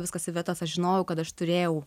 viskas į vietas aš žinojau kad aš turėjau